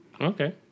Okay